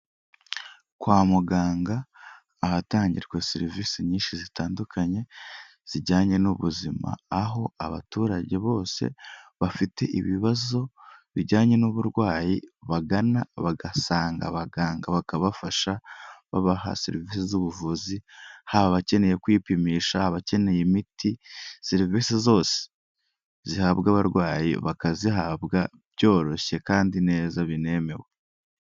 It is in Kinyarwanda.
Kwa muganga ahatangirwa serivisi nyinshi zitandukanye zijyanye n'ubuzima, aho abaturage bose bafite ibibazo bijyanye n'uburwayi bagana bagasanga abaganga bakabafasha babaha serivisi z'ubuvuzi. Haba abakeneye kwipimisha, abakeneye imiti, serivisi zose zihabwa abarwayi bakazihabwa byoroshye kandi neza binemewe.